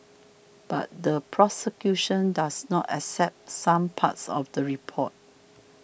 but the prosecution does not accept some parts of the report